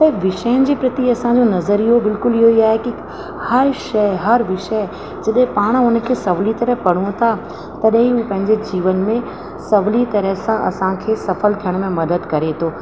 पर विषय जे प्रति असांजो नज़रियो बिल्कुलु इहो ई आहे कि हर शइ हर विषय जॾहिं पाण हुनखे सवली तरह पढ़ूं था तॾहिं ई पंहिंजे जीवन में सवली तरह सां असांखे सफल थियण में मदद करे थो